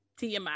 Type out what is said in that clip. TMI